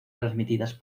transmitidas